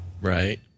right